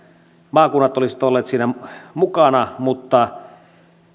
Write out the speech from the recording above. maakunnat olisivat olleet siinä mukana mutta